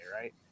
Right